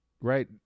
right